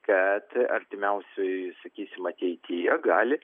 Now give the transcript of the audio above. kad artimiausioj sakysim ateityje gali